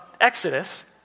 Exodus